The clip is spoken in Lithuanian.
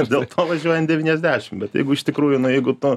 ir dėl to važiuoji ant devyniasdešim bet jeigu iš tikrųjų na jeigu tu